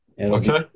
Okay